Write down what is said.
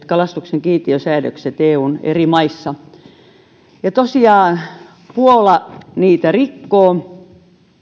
kalastuksen kiintiösäädökset eun eri maissa ja tosiaan esimerkiksi puola niitä rikkoo